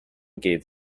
gave